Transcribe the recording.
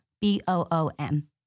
B-O-O-M